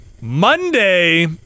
Monday